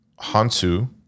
Hansu